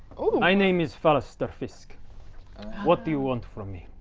my name is falister fisk what do you want from me?